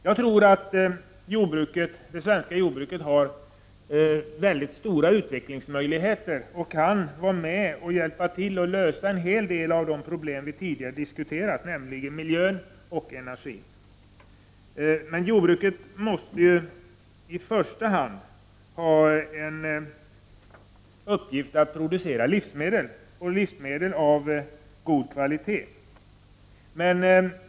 Jag tror att det svenska jordbruket har mycket stora utvecklingsmöjligheter och att det kan bidra till att lösa en hel del av de problem som vi tidigare har diskuterat, nämligen på miljöns och energins område. Jordbruket måste ändock i första hand ha till uppgift att producera livsmedel — av god kvalitet.